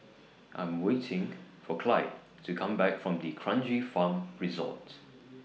I'm waiting For Clyde to Come Back from D'Kranji Farm Resort